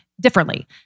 differently